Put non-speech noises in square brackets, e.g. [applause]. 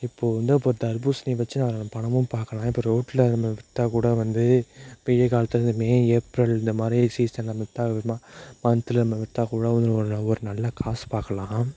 இப்போது வந்து இப்போது தர்பூசணி வச்சு பணமும் பார்க்கலாம் இப்போ ரோட்டில் நம்ம விற்றா கூட வந்து வெய்ய காலத்தில் இந்த மே ஏப்ரல் இந்த மாதிரி சீசனில் நம்ம விற்றா [unintelligible] மன்தில் நம்ம விற்றா கூட ஒரு நல்ல காசு பார்க்கலாம்